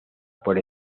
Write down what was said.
por